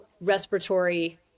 respiratory